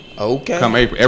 Okay